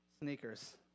sneakers